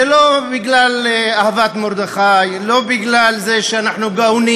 זה לא בגלל אהבת מרדכי, לא כי אנחנו גאונים,